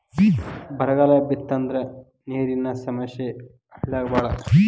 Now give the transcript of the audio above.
ಬರಗಾಲ ಬಿತ್ತಂದ್ರ ನೇರಿನ ಸಮಸ್ಯೆ ಹಳ್ಳ್ಯಾಗ ಬಾಳ